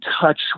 touch